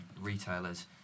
retailers